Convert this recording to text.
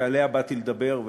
ועליה באתי לדבר,